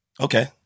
Okay